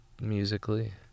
musically